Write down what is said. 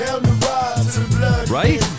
Right